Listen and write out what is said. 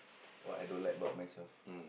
what I don't like about myself